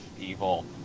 evil